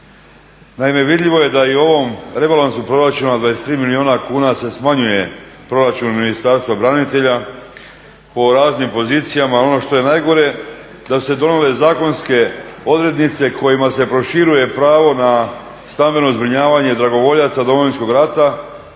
Naime, vidljivo je da i u ovom rebalansu proračuna 23 milijuna kuna se smanjuje proračun Ministarstva branitelja po raznim pozicijama, a ono što je najgore da su se donijele zakonske odrednice kojima se proširuje pravo na stambeno zbrinjavanje dragovoljaca Domovinskog rata